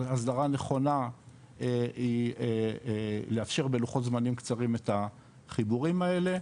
הסדרה נכונה לאפשר בלוחות זמנים קצרים את החיבורים האלה,